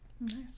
Nice